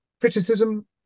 criticism